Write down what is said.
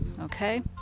okay